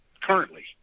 currently